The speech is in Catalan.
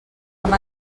amb